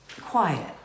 quiet